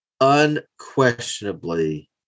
unquestionably